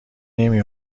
نمی